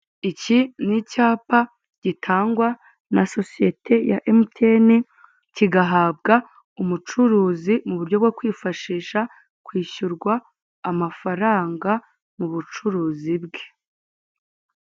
Iki ni icyapa gitangwa na sosiyete ya MTN, kigahabwa umucuruzi mu buryo bwo kwifashisha kwishyurwa amafaranga mu bucuruzi bwe.